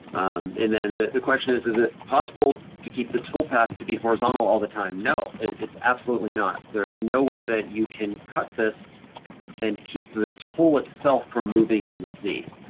and then the the question is, is it possible to keep the toolpath to be horizontal all the time? no, it's absolutely not. there is no way that you can cut this and keep the tool itself from moving in to z.